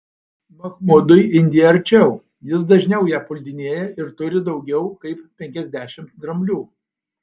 mahmudui indija arčiau jis dažniau ją puldinėja ir turi daugiau kaip penkiasdešimt dramblių